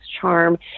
charm